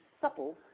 supple